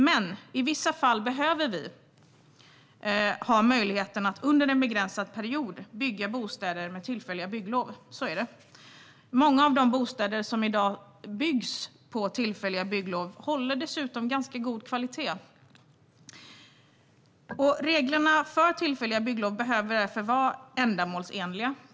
Men i vissa fall behöver möjligheten finnas att under en begränsad period bygga bostäder med tillfälliga bygglov - så är det. Många av de bostäder som i dag byggs med tillfälliga bygglov håller dessutom ganska god kvalitet. Reglerna för tillfälliga bygglov behöver därför vara ändamålsenliga.